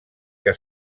que